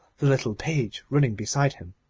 the little page running beside him.